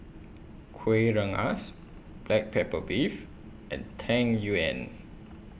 Kuih Rengas Black Pepper Beef and Tang Yuen